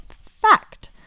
Fact